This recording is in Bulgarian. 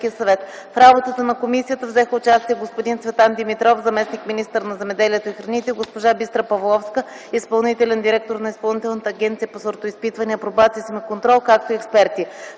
В работата на комисията взеха участие господин Цветан Димитров – заместник-министър на земеделието и храните, госпожа Бистра Павловска – изпълнителен директор на Изпълнителната агенция по сортоизпитване, апробация и семеконтрол, както и експерти.